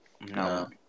no